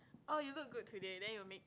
oh you look good today then you make